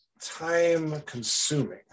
time-consuming